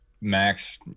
Max